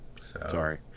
Sorry